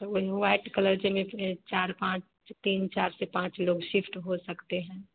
तो वही white colour के चार पाँच तीन चार से पाँच लोग शिफ्ट हो सकते हैं